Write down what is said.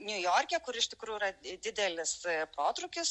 niujorke kur iš tikrųjų yra didelis atotrūkis